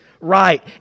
right